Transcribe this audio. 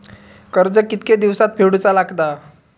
कर्ज कितके दिवसात फेडूचा लागता?